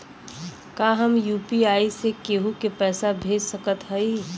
का हम यू.पी.आई से केहू के पैसा भेज सकत हई?